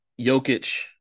Jokic